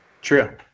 True